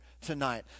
tonight